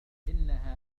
إنها